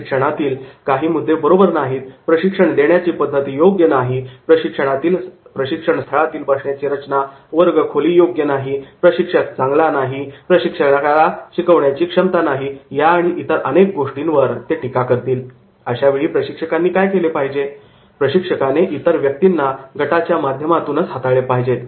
प्रशिक्षणातील मुद्दे काही बरोबर नाहीत प्रशिक्षण देण्याची पद्धत योग्य नाही प्रशिक्षण स्थळावरील बसण्याची रचना वर्गखोली योग्य नाही प्रशिक्षक चांगला नाही प्रशिक्षकाला शिकवण्याची क्षमता नाही व इतर अशा अनेक गोष्टींवर ते टीका करतील अशावेळी प्रशिक्षकांनी काय केले पाहिजे